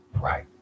right